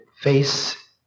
face